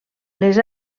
les